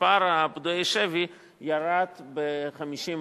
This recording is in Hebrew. מספר פדויי השבי ירד ב-50%,